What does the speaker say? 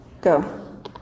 go